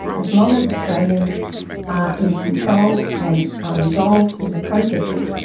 as long as australians are in control and are involved in the processing,